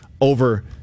over